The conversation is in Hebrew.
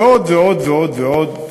ועוד ועוד ועוד ועוד.